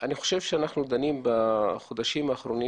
אני חושב שאנחנו דנים בחודשים האחרונים